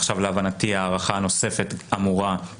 עכשיו להבנתי הארכה נוספת אמורה להספיק לחלוטין.